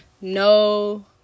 no